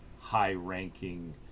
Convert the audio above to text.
high-ranking